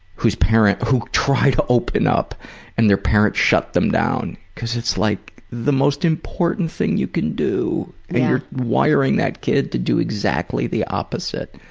who's parents, who try to open up and their parent shut them down. cause it's like the most important thing you can do and you're wiring that kid to do exactly the opposite.